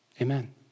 Amen